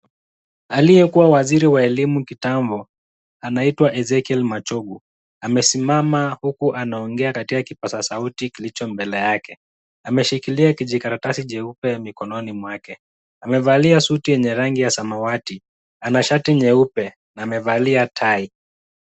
Aliyekuwa waziri wa elimu kitambo anaitwa Ezekiel Machogu amesimama huku anaongea katika kipazasauti kilicho mbele yake ameshikilia kijikaratasi jeupe mikononi mwake amevalia suti yenye rangi ya samawati ana shati nyeupe amevalia tai.